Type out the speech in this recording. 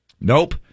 Nope